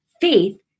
faith